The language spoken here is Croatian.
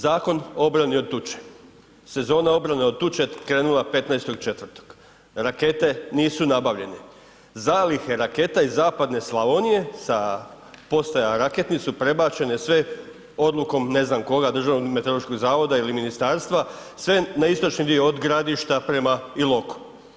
Zakon o obrani od tuče, sezona obrane od tuče krenula 15.4., rakete nisu nabavljene, zalihe raketa iz zapadne Slavonije sa postajama raketnim su prebačene sve odlukom, ne znam koga, Državnog meteorološkog zavoda ili ministarstva, sve na istočni dio, od Gradišta prema Iloku.